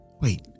Wait